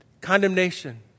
condemnation